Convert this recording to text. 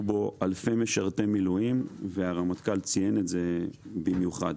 בו אלפי משרתי מילואים והרמטכ"ל ציין את זה במיוחד.